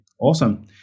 Awesome